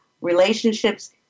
relationships